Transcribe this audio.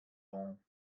bon